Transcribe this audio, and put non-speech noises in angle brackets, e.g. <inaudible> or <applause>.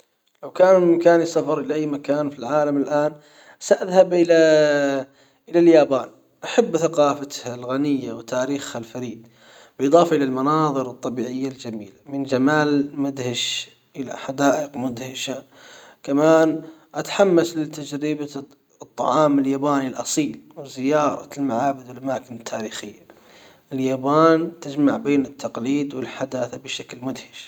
لو كان من بإمكاني السفر الى اي مكان في العالم الان ساذهب الى <hesitation> الى اليابان احب ثقافتها الغنية وتاريخها الفريد بالاضافة الى المناظر الطبيعية الجميلة من جمال مدهش الى حدائق مدهشة كمان اتحمس لتجربة الطعام الياباني الاصيل وزيارة المعابد والاماكن التاريخية اليابان تجمع بين التقاليد والحداثة بشكل مدهش.